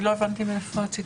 אני לא הבנתי מאיפה הציטוט.